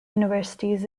universities